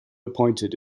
appointed